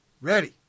ready